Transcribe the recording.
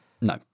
No